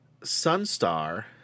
Sunstar